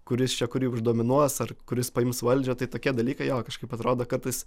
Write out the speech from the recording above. kuris čia kurį už dominuos ar kuris paims valdžią tai tokie dalykai jo kažkaip atrodo kartais